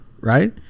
right